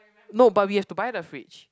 no but we have to buy the fridge